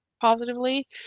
positively